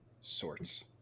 sorts